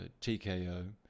TKO